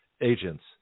agents